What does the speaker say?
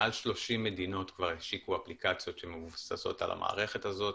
מעל 30 מדינות כבר השיקו אפליקציות שמבוססות על המערכת הזאת.